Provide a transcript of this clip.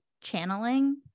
channeling